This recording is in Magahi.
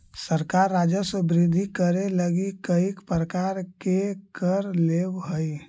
सरकार राजस्व वृद्धि करे लगी कईक प्रकार के कर लेवऽ हई